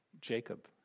Jacob